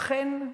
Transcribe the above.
אכן,